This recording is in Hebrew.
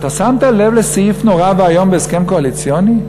אתה שמת לב לסעיף נורא ואיום בהסכם הקואליציוני?